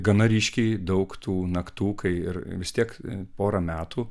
gana ryškiai daug tų naktų kai ir vis tiek porą metų